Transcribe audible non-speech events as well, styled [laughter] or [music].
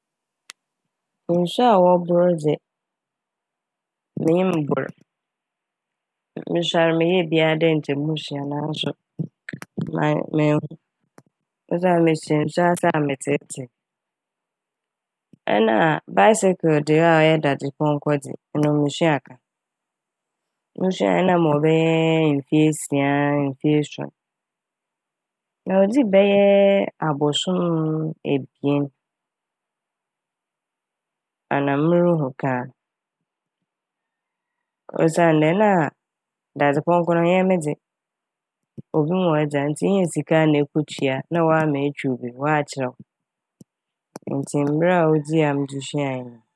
Nsu a wɔbor dze minnyim bor. [noise] Mosuar meyɛɛ bi a dɛ nkyɛ mosua naaso [noise] mennhu osian mehyɛ nsu ase a [noise] metseetsee. Nna "bicycle" de a ɔyɛ daadepɔnkɔ dze eno mosua ka. [noise] Mosuae na mowɔ bɛyɛɛ mfe esia mfe esuon na odzii bɛyɛɛ abosoom ebien ana muruhu ka a. Osiandɛ na daadzepɔnkɔ n' ɔnnyɛ me dze obi mo hɔn dze a ntsi enya sika a na ekotua na wɔama etwiw bi wɔakyerɛ w' ntsi mber [noise] a odzii ma medze sua nye n'.